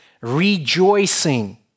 rejoicing